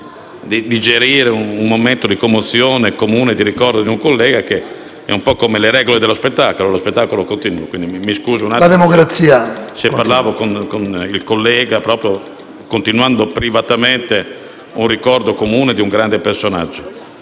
di digerire un momento di commozione comune e di ricordo di un collega. È un po' come nel mondo dello spettacolo: lo spettacolo deve andare avanti. Mi scuso quindi se stavo parlando con il collega, continuando privatamente il ricordo comune di un grande personaggio.